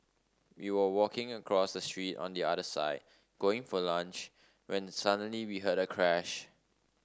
we were walking across the street on the other side going for lunch when suddenly we heard a crash